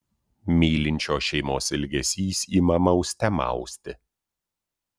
mylinčios šeimos ilgesys ima mauste mausti